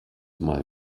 mal